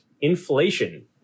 Inflation